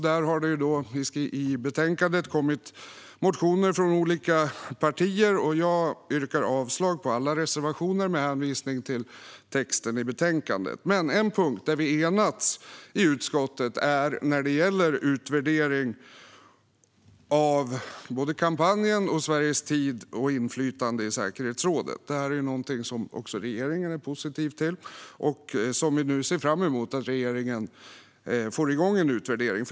I betänkandet finns motioner från olika partier, och jag yrkar avslag på alla reservationer med hänvisning till texten i betänkandet. På en punkt har vi enats i utskottet, och det gäller en utvärdering av både kampanjen och Sveriges tid och inflytande i säkerhetsrådet. Det här är någonting som också regeringen är positiv till, och vi ser nu fram emot att regeringen får igång en utvärdering.